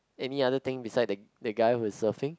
any other thing beside the the guy who is surfing